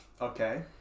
okay